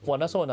okay